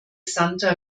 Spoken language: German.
santa